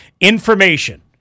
information